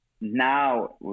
now